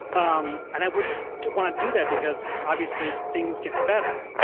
um and i wouldn't wanna do that because, obviously, things get better.